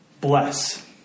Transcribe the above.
bless